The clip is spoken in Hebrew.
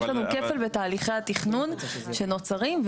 יש לנו כפל בתהליכי התכנון שנוצרים,